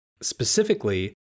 Specifically